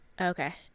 Okay